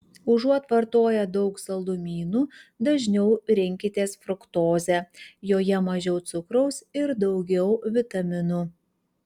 užuot vartoję daug saldumynų dažniau rinkitės fruktozę joje mažiau cukraus ir daugiau vitaminų